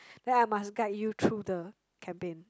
then I must guide you through the campaign